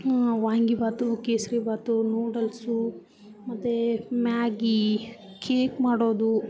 vangibath kesaribath noodles ಮತ್ತೆ Maggi cake ಮಾಡೋದು